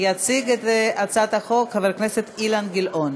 יציג את הצעת החוק חבר הכנסת אילן גילאון.